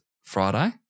Friday